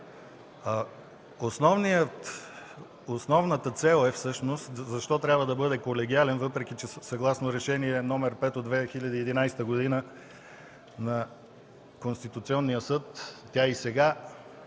Основната цел: защо трябва да бъде колегиален, въпреки че, съгласно Решение № 5 от 2011 г. на Конституционния съд тя и сега